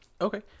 okay